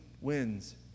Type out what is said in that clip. wins